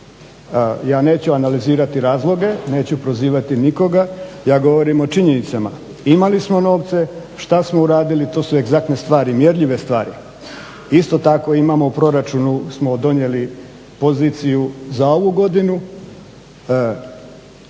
ja neću analizirati razloge, neću prozivati nikoga. Ja govorim o činjenicama. Imali smo novce, šta smo uradili to su egzaktne stvari, mjerljive stvari. Isto tako imamo u proračunu smo donijeli poziciju za ovu godinu.